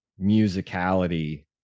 musicality